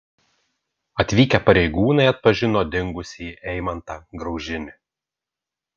atvykę pareigūnai atpažino dingusįjį eimantą graužinį